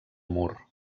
mur